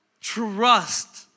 trust